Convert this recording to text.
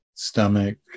stomach